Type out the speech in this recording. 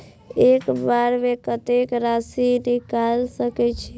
एक बार में कतेक राशि निकाल सकेछी?